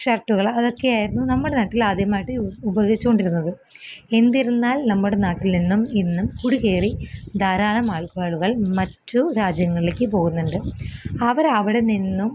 ഷര്ട്ട്കള് അതക്കെ ആയിരുന്നു നമ്മുടെ നാട്ടില് ആദ്യമായിട്ട് യൂ ഉപയോഗിച്ചോണ്ടിരുന്നത് എന്തിരുന്നാല് നമ്മുടെ നാട്ടില് നിന്നും ഇന്നും ഉടു കയറി ധാരാളം ആള്ക്കാരുകള് മറ്റു രാജ്യങ്ങൾലേക്ക് പോകുന്നുണ്ട് അവർ അവിടെ നിന്നും